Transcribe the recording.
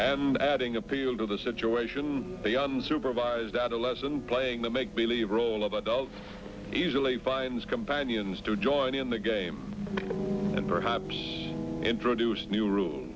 and adding appeal to the situation beyond supervised adolescent playing the make believe role of adults usually finds companions to join in the game and perhaps introduce a new rule